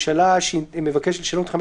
הממשלה מבקשת לשנות את הרישה של סעיף